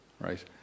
right